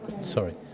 Sorry